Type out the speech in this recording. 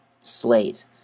slate